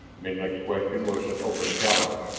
menlik's question was an open challenge.